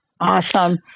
awesome